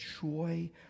joy